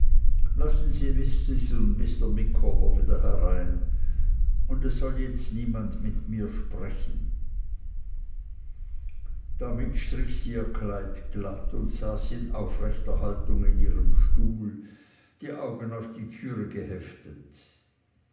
lassen sie mrs und mr micawber wieder herein und es soll jetzt niemand mit mir sprechen damit strich sie ihr kleid glatt und saß in aufrechter haltung in ihrem stuhl die augen auf die türe geheftet